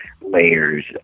layers